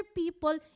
people